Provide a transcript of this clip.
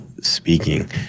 speaking